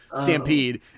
stampede